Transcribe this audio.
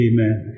Amen